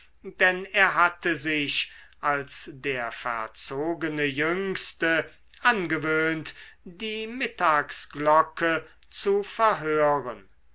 denn er hatte sich als der verzogene jüngste angewöhnt die mittagsglocke zu verhören